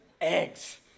Eggs